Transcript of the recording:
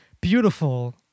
Beautiful